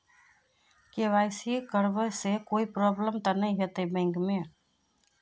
KYC करबे से कोई प्रॉब्लम नय होते न बैंक में?